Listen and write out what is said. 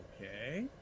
Okay